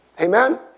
Amen